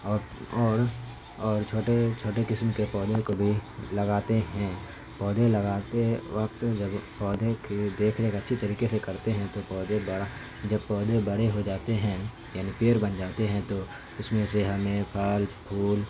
اور اور اور چھوٹے چھوٹے قسم کے پودھے کو بھی لگاتے ہیں پودے لگاتے وقت جب پودے کے دیکھ ریکھ اچھی طریقے سے کرتے ہیں تو پودے بڑا جب پودے بڑے ہو جاتے ہیں یعنی پیڑ بن جاتے ہیں تو اس میں سے ہمیں پھل پھول